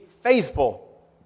faithful